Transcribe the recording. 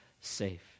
safe